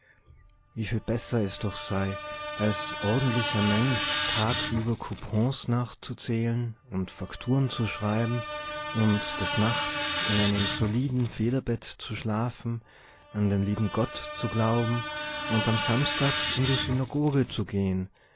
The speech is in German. viel besser es doch sei als ordentlicher mensch tagsüber coupons nachzuzählen und fakturen zu schreiben und des nachts in einem soliden federbett zu schlafen an den lieben gott zu glauben und am samstag in die synagoge zu gehen